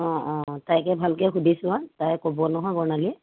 অঁ অঁ তাইকে ভালকৈ সুধি চোৱা তাই ক'ব নহয় বৰ্ণালীয়ে